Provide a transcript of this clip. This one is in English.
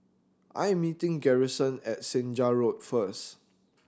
I am meeting Garrison at Senja Road first